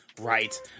right